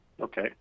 Okay